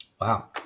Wow